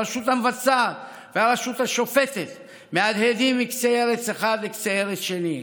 הרשות המבצעת והרשות השופטת מהדהדים מקצה ארץ אחד לקצה ארץ שני.